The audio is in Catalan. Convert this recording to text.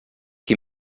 qui